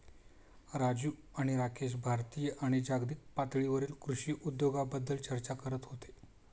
राजू आणि राकेश भारतीय आणि जागतिक पातळीवरील कृषी उद्योगाबद्दल चर्चा करत होते